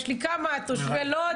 יש לי את תושבי לוד.